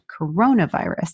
coronavirus